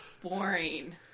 boring